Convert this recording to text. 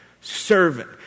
Servant